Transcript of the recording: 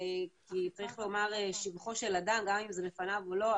כי צריך לומר שבחו של אדם גם אם זה בפניו או לא,